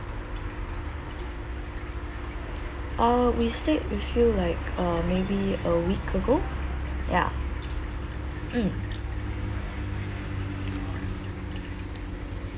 uh we stayed with you like uh maybe a week ago ya mm